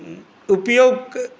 उपयोग